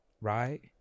Right